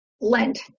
Lent